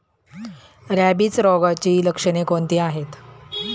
Rabies रोगाची लक्षणे कोणती आहेत?